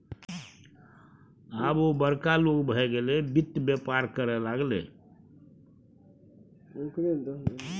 आब ओ बड़का लोग भए गेलै वित्त बेपार करय लागलै